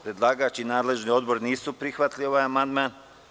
Predlagač i nadležni odbor nisu prihvatili ovaj amandman.